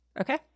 Okay